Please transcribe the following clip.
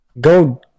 Go